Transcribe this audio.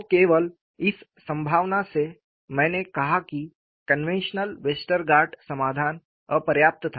तो केवल इस संभावना से मैंने कहा कि कन्वेंशनल वेस्टरगार्ड समाधान अपर्याप्त था